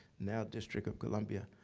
now district of columbia,